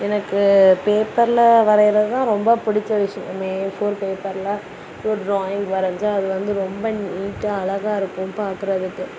எனக்கு பேப்பர்ல வரைகிறது தான் ரொம்ப பிடிச்ச விஷயமே ஏ ஃபோர் பேப்பர்ல ஒரு ட்ராயிங் வரைஞ்சா அது வந்து ரொம்ப நீட்டாக அழகா இருக்கும் பார்க்குறதுக்கு